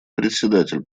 председатель